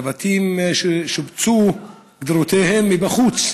לבתים ששיפצו דירותיהם מבחוץ,